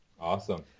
Awesome